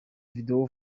video